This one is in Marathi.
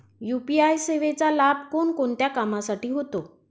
यू.पी.आय सेवेचा लाभ कोणकोणत्या कामासाठी होतो?